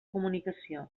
comunicació